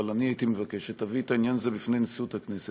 אבל אני הייתי מבקש שתביא את העניין הזה בפני נשיאות הכנסת.